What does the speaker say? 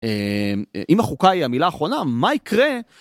אם החוקה היא המילה האחרונה, מה יקרה?